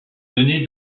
donnée